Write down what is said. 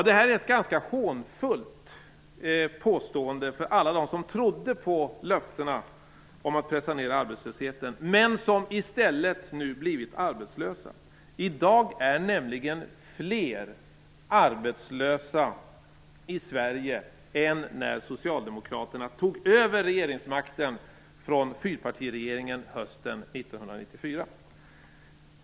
Det är ett ganska hånfullt påstående för alla dem som trodde på löftena om att pressa ned arbetslösheten men som i stället nu blivit arbetslösa. I dag är nämligen fler arbetslösa i Sverige än när Socialdemokraterna tog över regeringsmakten från fyrpartiregeringen hösten 1994.